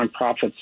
nonprofits